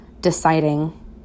deciding